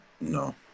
No